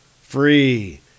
free